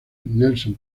nelson